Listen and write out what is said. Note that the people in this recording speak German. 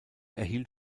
erhielt